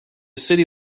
city